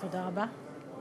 תודה רבה.